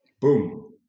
Boom